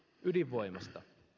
ydinvoimasta